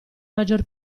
maggior